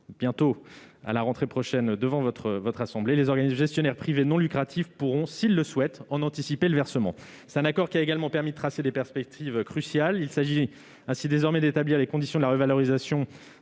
examinée à la rentrée prochaine par votre assemblée. Les organismes gestionnaires privés non lucratifs pourront, s'ils le souhaitent, en anticiper le versement. Cet accord a également permis de tracer des perspectives cruciales. Il s'agit désormais d'établir, selon un calendrier